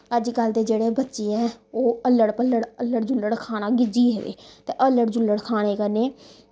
अजकल दे जेह्ड़े बच्चे ऐ ओह् अल्लड़ पल्लड़ अल्लड़ जुल्लड़ खाना गिज्झी गेदे ते अल्लड़ जुल्लड़ खाने कन्नै